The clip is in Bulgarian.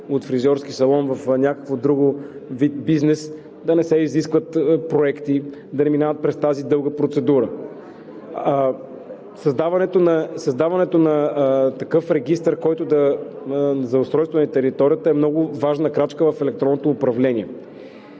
от фризьорски салон в някакъв друг вид бизнес, да не се изискват проекти, да не минават през тази дълга процедура. Създаването на такъв регистър за устройство на територията е много важна крачка в електронното управление.